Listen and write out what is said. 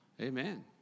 Amen